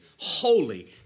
holy